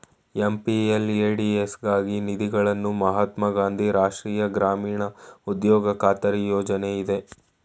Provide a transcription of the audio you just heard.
MPLADS ಗಾಗಿ ನಿಧಿಗಳನ್ನು ಮಹಾತ್ಮ ಗಾಂಧಿ ರಾಷ್ಟ್ರೀಯ ಗ್ರಾಮೀಣ ಉದ್ಯೋಗ ಖಾತರಿ ಯೋಜ್ನ ಆಯ್ತೆ